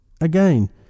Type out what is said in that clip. Again